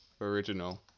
original